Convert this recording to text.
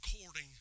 according